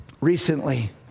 recently